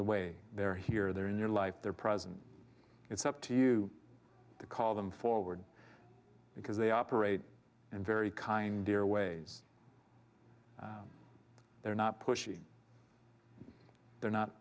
the way they're here they're in your life they're present it's up to you to call them forward because they operate in very kind dear ways they're not pushy they're not